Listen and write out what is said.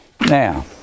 Now